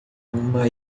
uma